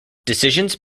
decisions